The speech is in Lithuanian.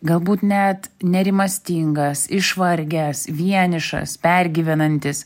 galbūt net nerimastingas išvargęs vienišas pergyvenantis